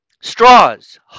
Straws